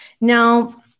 now